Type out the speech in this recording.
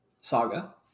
saga